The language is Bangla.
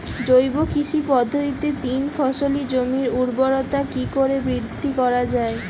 জৈব কৃষি পদ্ধতিতে তিন ফসলী জমির ঊর্বরতা কি করে বৃদ্ধি করা য়ায়?